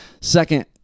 Second